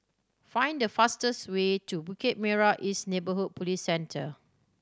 find the fastest way to Bukit Merah East Neighbourhood Police Centre